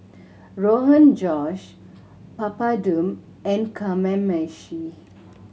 Rogan Josh Papadum and Kamameshi